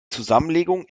zusammenlegung